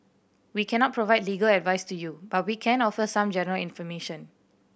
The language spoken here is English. we cannot provide legal advice to you but we can offer some general information